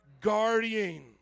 guardian